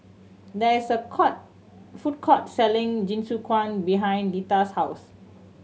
there is a court food court selling Jingisukan behind Litha's house